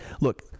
look